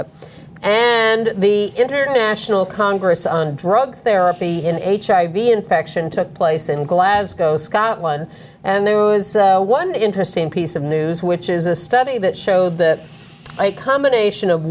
it and the international congress on drug therapy in h i v infection took place in glasgow scotland and there was one interesting piece of news which is a study that showed that a combination of